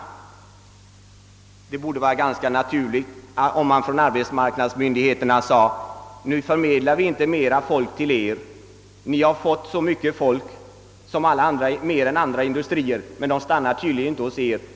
Det borde vara ganska naturligt om man från arbetsmarknadsmyndigheternas sida sade till dessa företag: »Nu förmedlar vi inte fler arbetssökande till er. Ni har fått fler arbetare än alla andra industrier, men de stannar tydligen inte hos er.